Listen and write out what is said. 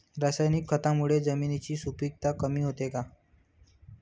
रासायनिक खतांमुळे जमिनीची सुपिकता कमी होते का?